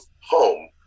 home